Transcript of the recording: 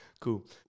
cool